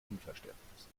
unverständnis